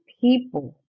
people